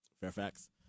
Fairfax